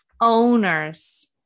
Owners